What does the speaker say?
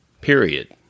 period